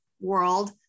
world